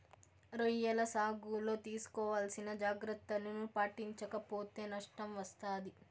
రొయ్యల సాగులో తీసుకోవాల్సిన జాగ్రత్తలను పాటించక పోతే నష్టం వస్తాది